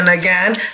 again